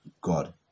God